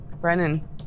Brennan